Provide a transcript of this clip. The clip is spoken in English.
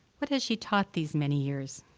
what has she taught these many years?